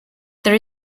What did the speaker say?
there